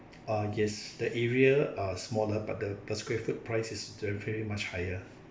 ah yes the area are smaller but the per square foot price is they're pretty much higher